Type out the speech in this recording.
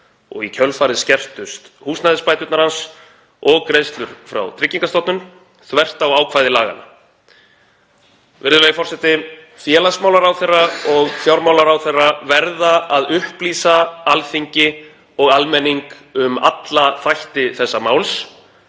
og í kjölfarið skertust húsnæðisbæturnar hans og greiðslur frá Tryggingastofnun, þvert á ákvæði laganna. Virðulegi forseti. Félagsmálaráðherra og fjármálaráðherra verða að upplýsa Alþingi og almenning um alla þætti þessa máls